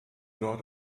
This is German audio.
dort